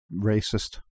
racist